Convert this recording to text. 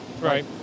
right